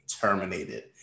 terminated